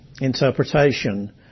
interpretation